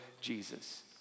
Jesus